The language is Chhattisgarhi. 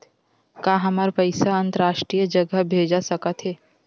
का हमर पईसा अंतरराष्ट्रीय जगह भेजा सकत हे?